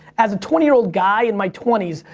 as a twenty year old guy in my twenties,